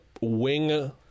wing